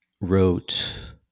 wrote